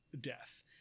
death